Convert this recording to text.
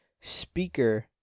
speaker